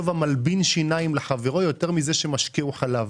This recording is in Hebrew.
טוב המלבין שיניים לחברו יותר מזה שמשקהו חלב.